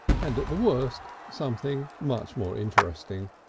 and at the worst something much more interesting.